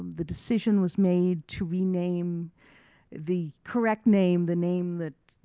the decision was made to rename the correct name, the name that,